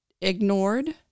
ignored